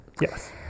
Yes